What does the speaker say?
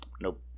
Nope